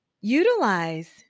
utilize